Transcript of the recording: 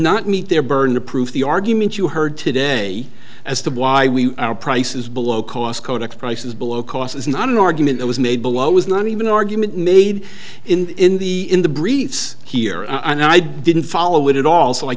not meet their burden of proof the argument you heard today as to why we are prices below cost kotak prices below cost is not an argument that was made below is not even an argument made in the in the briefs here and i didn't follow it at all so i